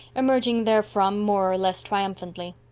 emerging therefrom more or less triumphantly.